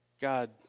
God